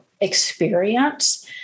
experience